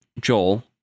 joel